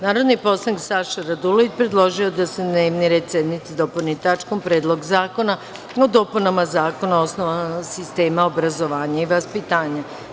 Narodni poslanik Saša Radulović predložio je da se dnevni red sednice dopuni tačkom – Predlog zakona o dopunama Zakona o osnovama sistema obrazovanja i vaspitanja.